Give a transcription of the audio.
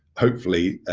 hopefully,